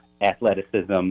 athleticism